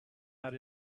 out